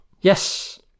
Yes